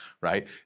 right